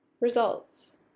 Results